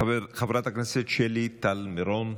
חברת הכנסת שלי טל מירון,